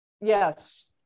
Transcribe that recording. Yes